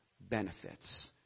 benefits